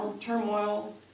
turmoil